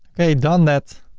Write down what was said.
okay, done that.